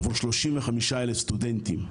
עבור 35,000 סטודנטים,